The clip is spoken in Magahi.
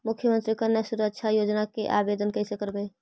मुख्यमंत्री कन्या सुरक्षा योजना के आवेदन कैसे करबइ?